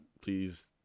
Please